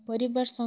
ପରିବାର ସଙ୍ଗେ